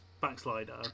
Backslider